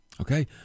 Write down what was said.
Okay